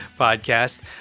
Podcast